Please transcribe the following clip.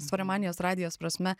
svorio manijos radijos prasme